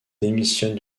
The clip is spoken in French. démissionne